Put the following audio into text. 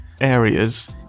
areas